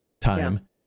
time